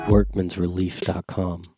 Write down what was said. Workmansrelief.com